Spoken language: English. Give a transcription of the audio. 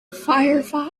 firefox